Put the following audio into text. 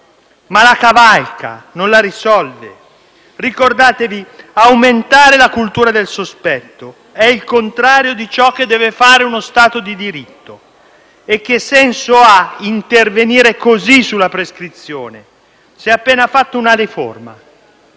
ma la cavalca e non la risolve. Ricordatevi che aumentare la cultura del sospetto è il contrario di ciò che deve fare uno Stato di diritto. Che senso ha intervenire così sulla prescrizione? Si è appena fatta una riforma.